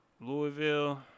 Louisville